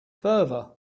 fervor